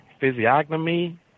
physiognomy